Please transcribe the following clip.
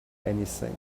anything